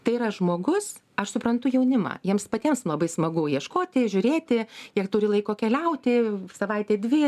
tai yra žmogus aš suprantu jaunimą jiems patiems labai smagu ieškoti žiūrėti jie turi laiko keliauti savaitę dvi